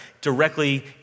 directly